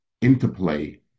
interplay